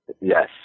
Yes